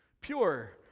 pure